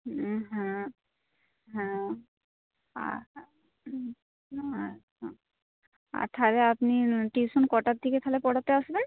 হুম হ্যাঁ হুম আর তাহলে আপনি টিউশন কটার থেকে তাহলে পড়াতে আসবেন